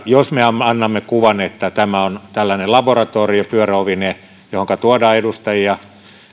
jos me annamme kuvan että tämä on tällainen laboratorion pyöröovi josta tuodaan edustajia